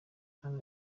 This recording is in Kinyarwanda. kandi